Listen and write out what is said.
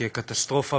כי הקטסטרופה,